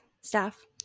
staff